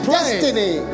destiny